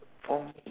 one